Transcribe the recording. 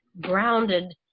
grounded